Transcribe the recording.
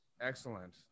excellent